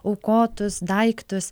aukotus daiktus